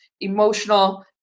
emotional